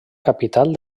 capital